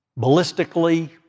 Ballistically